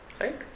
Right